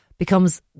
becomes